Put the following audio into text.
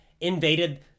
invaded